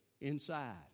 Inside